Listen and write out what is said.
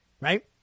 right